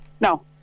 No